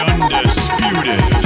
Undisputed